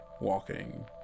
walking